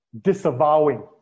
disavowing